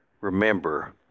remember